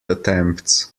attempts